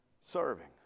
Serving